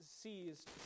seized